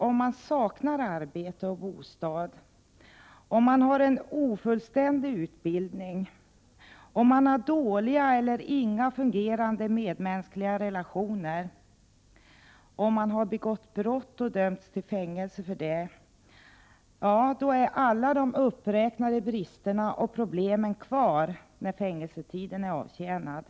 Om man saknar arbete och bostad, om man har en ofullständig utbildning, om man har dåliga eller inga fungerande medmänskliga relationer, om man har begått brott och dömts till fängelse för detta, ja då är alla de uppräknade bristerna och problemen kvar när fängelsestraffet är avtjänat.